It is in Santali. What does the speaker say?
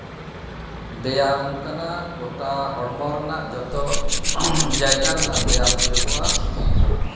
ᱵᱮᱭᱟᱢ ᱠᱟᱱᱟ ᱜᱳᱴᱟ ᱦᱚᱲᱢᱚ ᱨᱮᱱᱟᱜ ᱡᱚᱛᱚ ᱡᱟᱭᱜᱟ ᱨᱮᱱᱟᱜ ᱵᱮᱭᱟᱢ ᱦᱩᱭᱩᱜᱚᱜᱼᱟ